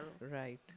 Right